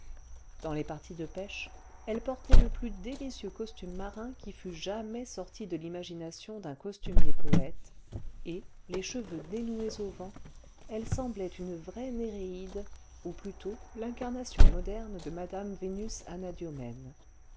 dans les parties de pêche elle portait le plus délicieux costume marin qui fût jamais sorti de l'imagination d'un costumier poète et les cheveux dénoués au vent elle semblait une vraie néréide ou plutôt l'incarnation moderne de m vénus anadyomène